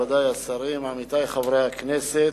מכובדי השרים, עמיתי חברי הכנסת,